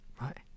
right